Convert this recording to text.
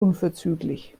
unverzüglich